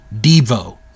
Devo